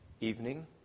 evening